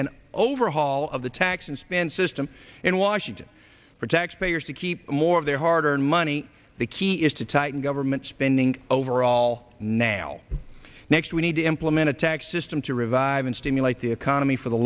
an overhaul of the tax and spend system in washington for taxpayers to keep more of their hard earned money the key is to tighten government spending overall now next we need to implement a tax system to revive and stimulate the economy for the